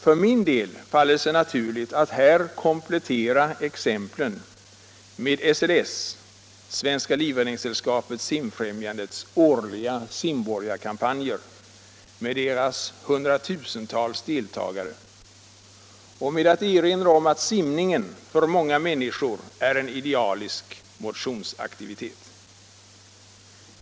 För min del faller det sig naturligt att här komplettera exemplen med SLS - Svenska livräddningssällskapet-Simfrämjandet — årliga simborgarkampanjer med deras hundratusentals deltagare och med att erinra om att simningen för många människor är en idealisk motionsaktivitet.